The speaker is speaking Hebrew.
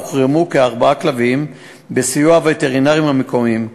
הוחרמו ארבעה כלבים בסיוע הווטרינרים המקומיים.